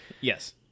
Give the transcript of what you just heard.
Yes